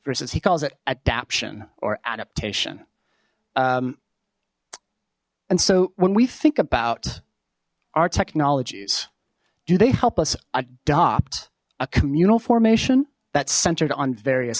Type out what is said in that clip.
versus he calls it adaption or adaptation and so when we think about our technologies do they help us adopt a communal formation that's centered on various